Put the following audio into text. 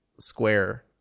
Square